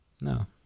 No